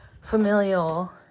familial